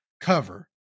cover